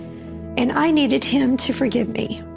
and i needed him to forgive me.